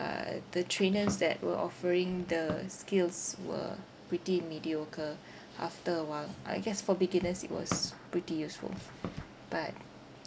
uh the trainers that were offering the skills were pretty mediocre after a while I guess for beginners it was pretty useful but